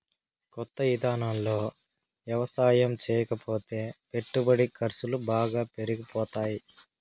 కొత్త ఇదానాల్లో యవసాయం చేయకపోతే పెట్టుబడి ఖర్సులు బాగా పెరిగిపోతాయ్